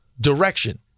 direction